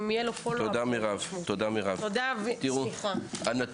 תודה וסליחה.